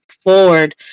forward